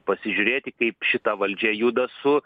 pasižiūrėti kaip šita valdžia juda su